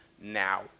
Now